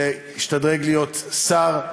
שישתדרג להיות שר,